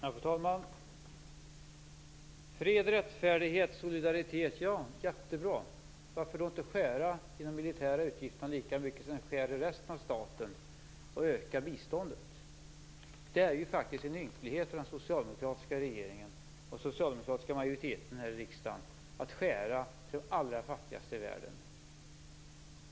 Fru talman! Fred, rättfärdighet, solidaritet - ja, jättebra. Varför då inte skära i de militära utgifterna lika mycket som ni skär i resten av staten och öka biståndet? Det är ju faktiskt en ynklighet av den socialdemokratiska regeringen och den socialdemokratiska majoriteten här i riksdagen att göra nedskärningar för de allra fattigaste i världen.